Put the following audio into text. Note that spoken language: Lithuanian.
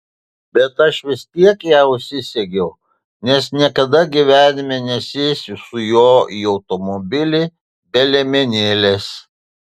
bet aš vis tiek ją užsisegiau nes niekada gyvenime nesėsiu su juo į automobilį be liemenėlės